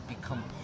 become